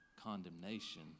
condemnation